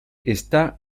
está